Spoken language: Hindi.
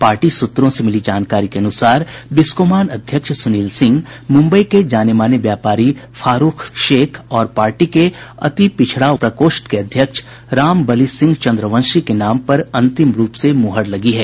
पार्टी सूत्रों से मिली जानकारी के अनुसार बिस्कोमान अध्यक्ष सुनील सिंह मुम्बई के जानेमाने व्यापारी फारूख शेख और पार्टी के अति पिछड़ा प्रकोष्ठ के अध्यक्ष रामबलि सिंह चंद्रवंशी के नाम पर अंतिम रूप से मुहर लगी है